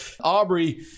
Aubrey